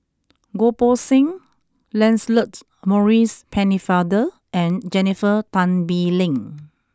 Goh Poh Seng Lancelot Maurice Pennefather and Jennifer Tan Bee Leng